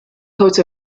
coat